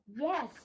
Yes